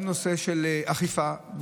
גם הנושא של אכיפה,